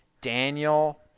Daniel